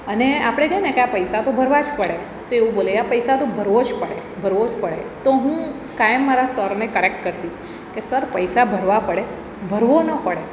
અને આપણે કહીએને કે આ પૈસા તો ભરવા જ પડે તો એવું બોલે આ પૈસા તો ભરવો જ પડે ભરવો જ પડે તો હું કાયમ મારા સરને કરેક્ટ કરતી કે સર પૈસા ભરવા પડે ભરવો ન પડે